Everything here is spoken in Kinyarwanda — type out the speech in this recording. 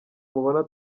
mubona